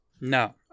No